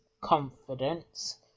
confidence